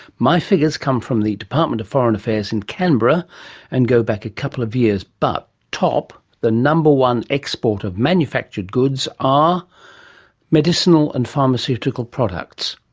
my figures come from the department of foreign affairs in canberra and go back a couple of years, but top, the number one export of manufactured goods are medicinal and pharmaceutical products.